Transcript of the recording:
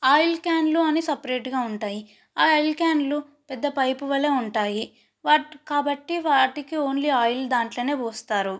oil క్యానులు అని సపరేట్గా ఉంటాయి ఆ ఆయిల్ క్యాన్లు పెద్ద పైపు వలె ఉంటాయి వాటి కాబట్టి వాటికి ఓన్లీ ఆయిల్ దాంట్లో పోస్తారు